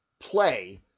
play